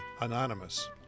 anonymous